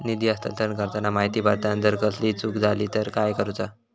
निधी हस्तांतरण करताना माहिती भरताना जर कसलीय चूक जाली तर काय करूचा?